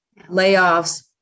Layoffs